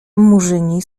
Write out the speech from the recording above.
murzyni